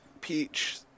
Peach